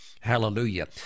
hallelujah